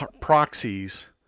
proxies